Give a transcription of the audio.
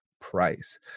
price